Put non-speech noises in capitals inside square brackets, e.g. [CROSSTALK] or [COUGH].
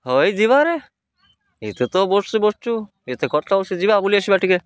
ହଁ ଏଇ ଯିବାରେ ଏତେ ତ ବସିଛୁ ବସିଛୁ ଏତେ [UNINTELLIGIBLE] ଯିବା ବୁଲି ଆସିବା ଟିକେ